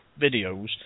videos